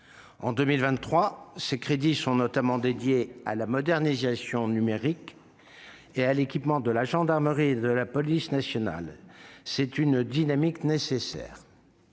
En 2023, ces crédits sont en particulier dédiés à la modernisation numérique et à l'équipement de la gendarmerie et de la police nationales. C'est une dynamique nécessaire.